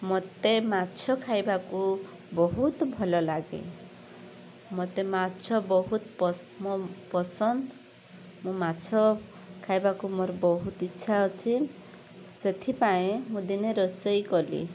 ମତେ ମାଛ ଖାଇବାକୁ ବହୁତ ଭଲ ଲାଗେ ମତେ ମାଛ ବହୁତ ପସ ମୋ ପସନ୍ଦ ମୁଁ ମାଛ ଖାଇବାକୁ ମୋର ବହୁତ ଇଛା ଅଛି ସେଥିପାଇଁ ମୁଁ ଦିନେ ରୋଷେଇ କଲି